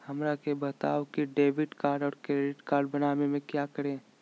हमरा के बताओ की डेबिट कार्ड और क्रेडिट कार्ड बनवाने में क्या करें?